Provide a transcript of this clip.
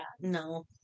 No